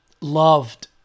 Loved